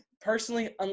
personally